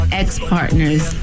ex-partners